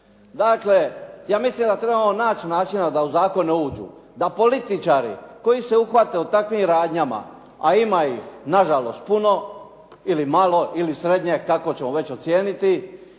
Dakle, ja mislim da trebamo naći načina da u zakone uđu, da političari koji se uhvate u takvim radnjama a ima ih nažalost puno ili malo ili srednje, kako ćemo već ocijeniti,